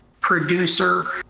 producer